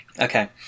Okay